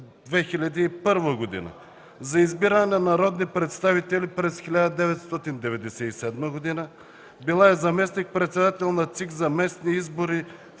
за избиране на народни представители през 1997 г. Била е заместник-председател на ЦИК за местни избори